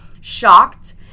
shocked